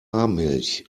milch